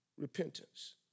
repentance